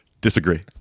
Disagree